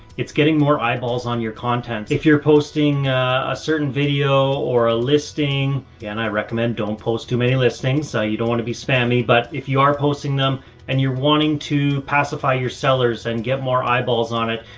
it's getting more eyeballs on your content if you're posting a certain video or a listing. and i recommend don't post too many listings so you don't want to be spammy. but if you are posting them and you're wanting to pacify your sellers and get more eyeballs on it,